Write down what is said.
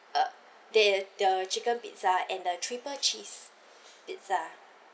uh there the chicken pizza and the triple cheese pizza